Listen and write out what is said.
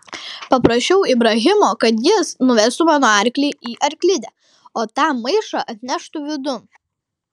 paprašiau ibrahimo kad jis nuvestų mano arklį į arklidę o tą maišą atneštų vidun